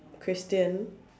Christian